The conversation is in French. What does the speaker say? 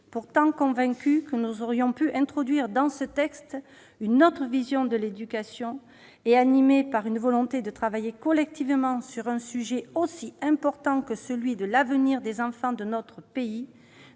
Pourtant, convaincus que nous aurions pu introduire dans ce texte une autre vision de l'éducation, et animés par la volonté de travailler collectivement sur un sujet aussi important que l'avenir des enfants de notre pays,